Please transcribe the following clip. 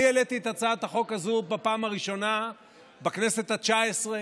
אני העליתי את הצעת החוק הזאת בפעם הראשונה בכנסת התשע-עשרה.